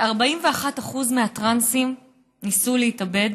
41% מהטרנסים ניסו להתאבד,